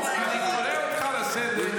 רביבו, אני קורא אותך לסדר.